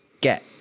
Get